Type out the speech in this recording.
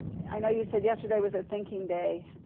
i know you said yesterday was a thinking day.